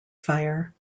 fire